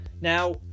now